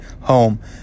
home